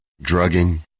drugging